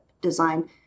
design